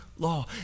law